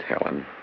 Helen